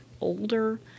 older